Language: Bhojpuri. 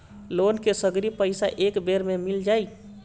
लोन के सगरी पइसा एके बेर में मिल जाई?